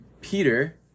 Peter